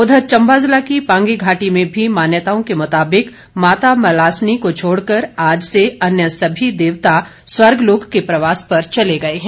उधर चंबा जिला की पांगी घाटी में भी मान्यताओं के मुताबिक माता मलासनी को छोड़कर आज से अन्य सभी देवता स्वर्गलोक के प्रवास पर चले गए हैं